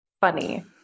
funny